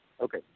Okay